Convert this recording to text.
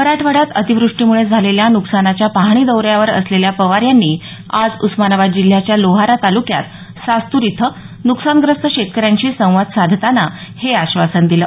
मराठवाड्यात अतिवृष्टीमुळे झालेल्या नुकसानाच्या पाहणी दौऱ्यावर असलेल्या पवार यांनी आज उस्मानाबाद जिल्ह्याच्या लोहारा तालुक्यात सास्तूर इथं नुकसानग्रस्त शेतकऱ्यांशी संवाद साधताना हे आश्वासन दिलं